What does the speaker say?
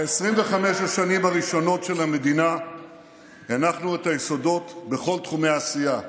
ב-25 השנים הראשונות של המדינה הנחנו את היסודות בכל תחומי העשייה,